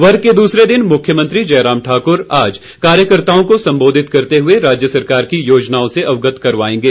वर्ग के दूसरे दिन मुख्यमंत्री जयराम ठाक्र आज कार्यकर्ताओं को सम्बोधित करते हुए राज्य सरकार की योजनाओं से अवगत करवाएंगे